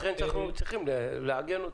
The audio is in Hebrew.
לכן אנחנו צריכים לעגן אותו.